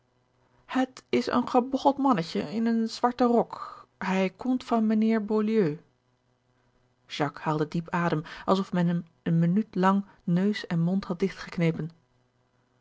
het is een gebogcheld mannetje in een zwarten rok hij komt van mijnheer beaulieu jacques haalde diep adem alsof men hem eene minuut lang neus en mond had